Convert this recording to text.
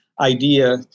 idea